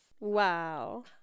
Wow